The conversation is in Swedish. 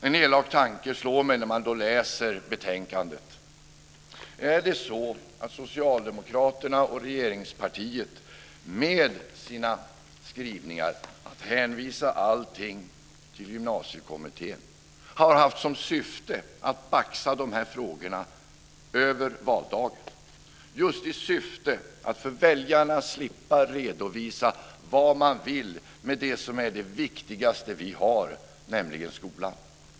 En elak tanke slår mig när jag läser betänkandet: Är det så att Socialdemokraterna, regeringspartiet, med sina skrivningar om att hänvisa allting till Gymnasiekommittén har haft som syfte att baxa de här frågorna över valdagen? Har syftet varit att för väljarna slippa redovisa vad man vill med det som är det viktigaste vi har, nämligen skolan?